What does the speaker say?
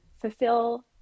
fulfill